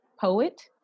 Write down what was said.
poet